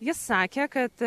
jis sakė kad